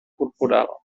corporal